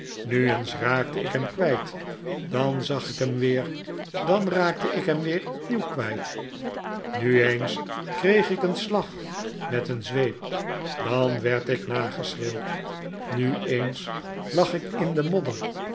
nu eens raakte ik hem kwijt dan zag ik hem weer dan raakte ik hem weer opnieuw kwijt nu eens kreeg ik een slag met een zweep dan weer werd ik nageschreeuwd nu eens lag ik in de modder